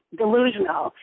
delusional